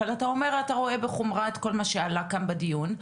ואתה אומר שאתה רואה בחומרה את כל מה שעלה כאן בדיון.